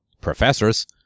professors